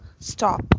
stop